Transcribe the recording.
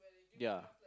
ya